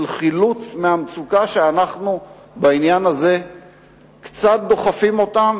חילוץ מהמצוקה שאנחנו בעניין הזה קצת דוחפים אותם,